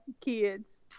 kids